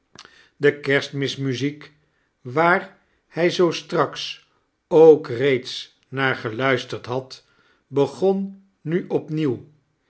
de kerstmis-muziek waar hij zoo straks ook reeds naar geluisterd had begon nu opnieuw